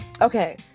Okay